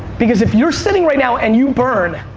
because if you're sitting right now and you burn,